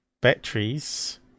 batteries